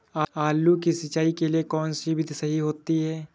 आलू की सिंचाई के लिए कौन सी विधि सही होती है?